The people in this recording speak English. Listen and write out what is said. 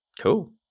Cool